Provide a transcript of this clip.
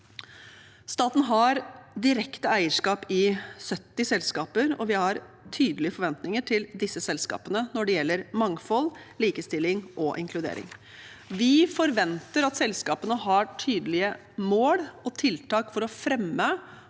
Staten har direkte eierskap i 70 selskaper, og vi har tydelige forventninger til disse selskapene når det gjelder mangfold, likestilling og inkludering. Vi forventer at selskapene har tydelige mål og tiltak for å fremme